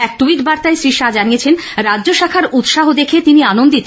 এক ট্যুইট বার্তায় শ্রী শাহ জানিয়েছেন রাজ্য শাখার উৎসাহ দেখে তিনি আনন্দিত